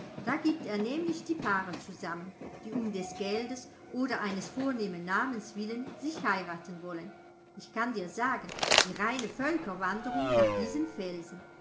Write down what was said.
da gibt er nämlich die paare zusammen die um des geldes oder eines vornehmen namens willen sich heiraten wollen ich kann dir sagen die reine völkerwanderung nach diesem felsen